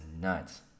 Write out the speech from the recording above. nuts